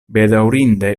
bedaŭrinde